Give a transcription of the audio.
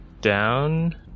down